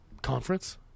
Conference